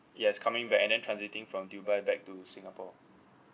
yes coming back and then transiting from dubai back to singapore